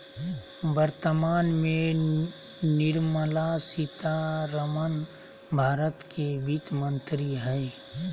वर्तमान में निर्मला सीतारमण भारत के वित्त मंत्री हइ